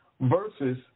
versus